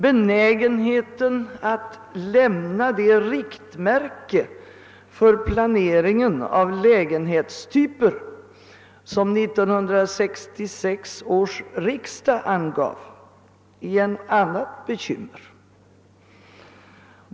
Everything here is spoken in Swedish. Benägenheten att lämna det riktmärke för planeringen av lägenhetstyper som 1966 års riksdag angav är ett annat bekymmer.